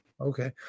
Okay